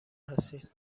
هستیم